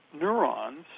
neurons